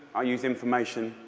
i use information,